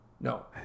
no